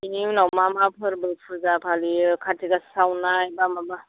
बिनि उनाव मा मा फोरबो फुजा फालियो खाट्रि गासा सावनाय बा माबा